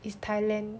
is thailand